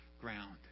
ground